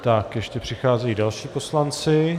Tak ještě přicházejí další poslanci.